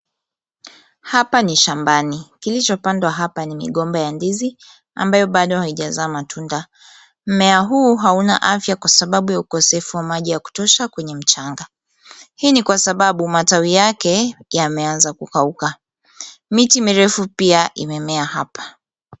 Hapa ni shambani. Kilichopandwa hapa ni migomba ya ndizi ambayo bado haijazaa matunda. Mmea huu hauna afya kwasababu ya ukosefu wa maji ya kutosha kwenye mchanga. Hii ni kwasababu matawi yake yameanza kukauka. Miti mirefu pia imemea hapa.